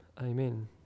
Amen